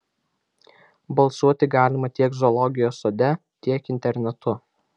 balsuoti galima tiek zoologijos sode tiek internetu